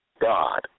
God